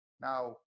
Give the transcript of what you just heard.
now